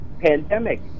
pandemic